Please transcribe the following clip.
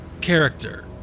character